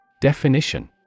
Definition